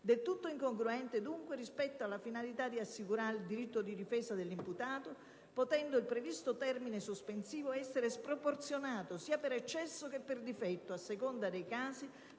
del tutto incongruente dunque rispetto alla finalità di assicurare il diritto di difesa all'imputato, potendo il previsto termine sospensivo essere sproporzionato sia per eccesso che per difetto, a seconda dei casi,